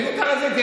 איזה תיאוריות?